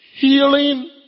Healing